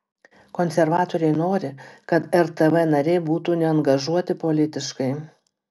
konservatoriai nori kad rtv nariai būtų neangažuoti politiškai